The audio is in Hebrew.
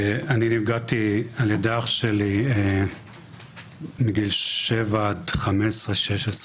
אני נפגעתי על ידי אח שלי מגיל שבע עד 16-15,